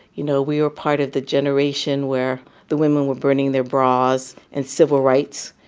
you know, we were part of the generation where the women were burning their bras and civil rights,